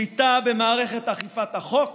שליטה במערכת אכיפת החוק